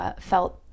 felt